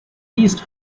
least